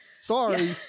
sorry